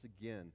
again